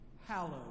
hallowed